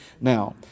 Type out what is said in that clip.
now